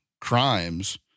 crimes